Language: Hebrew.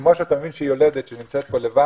כמו שאתה מבין שיולדת שנמצאת פה לבד,